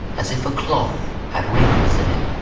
as if a cloth had wrinkles in it.